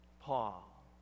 Paul